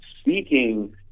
speaking